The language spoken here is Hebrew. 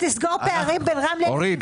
שתסגור פערים בין --- אורית,